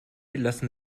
lassen